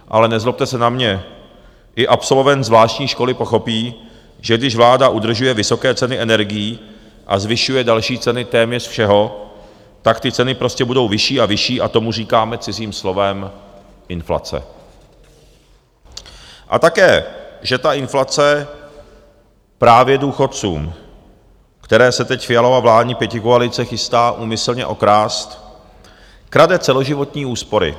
Ale nezlobte se na mě, i absolvent zvláštní školy pochopí, že když vláda udržuje vysoké ceny energií a zvyšuje další ceny téměř všeho, tak ty ceny prostě budou vyšší a vyšší, a tomu říkáme cizím slovem inflace, a také že ta inflace právě důchodcům, které se teď Fialova vládní pětikoalice chystá úmyslně okrást, krade celoživotní úspory.